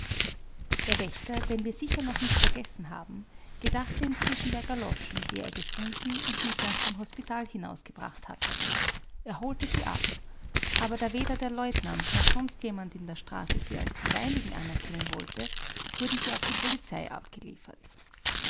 der wächter den wir sicher noch nicht vergessen haben gedachte inzwischen der galoschen die er gefunden und mit nach dem hospital hinausgebracht hatte er holte sie ab aber da weder der leutnant noch sonst jemand in der straße sie als die seinigen anerkennen wollte wurden sie auf die polizei abgeliefert